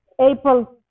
April